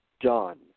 done